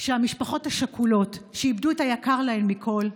שהמשפחות השכולות, שאיבדו את היקר להן מכול,